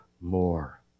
more